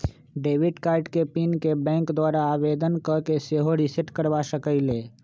debit card के PIN के bank द्वारा आवेदन कऽ के सेहो रिसेट करबा सकइले